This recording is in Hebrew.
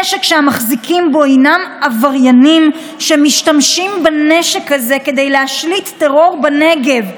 נשק שהמחזיקים בו הם עבריינים שמשתמשים בנשק הזה כדי להשליט טרור בנגב,